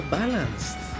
balanced